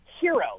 hero